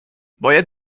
باید